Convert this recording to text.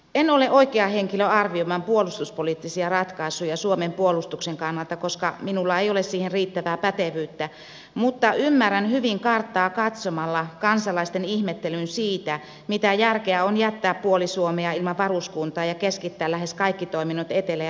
en ole oikea henkilö arvioimaan puolustuspoliittisia ratkaisuja suomen puolustuksen kannalta koska minulla ei ole siihen riittävää pätevyyttä mutta ymmärrän hyvin karttaa katsomalla kansalaisten ihmettelyn siitä mitä järkeä on jättää puoli suomea ilman varuskuntaa ja keskittää lähes kaikki toiminnot etelä ja länsi suomeen